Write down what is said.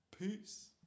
Peace